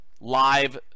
live